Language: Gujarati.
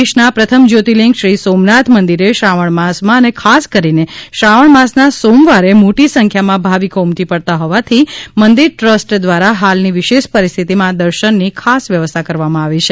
દેશના પ્રથમ જ્યોતિર્લિંગ શ્રી સોમનાથ મંદિરે શ્રાવણ માસમાં અને ખાસ કરીને શ્રાવણ માસના સોમવારે મોટી સંખ્યામાં ભાવિકો ઉમટી પડતા હોવાથી મંદિર ટ્રસ્ટ દ્વારા હાલની વિશેષ પરિસ્થિતિમાં દર્શનની ખાસ વ્યવસ્થા કરવામાં આવી છે